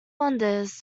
wanders